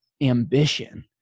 ambition